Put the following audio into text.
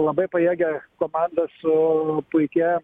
labai pajėgią komandą su puikia